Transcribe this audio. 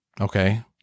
Okay